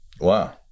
Wow